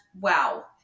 wow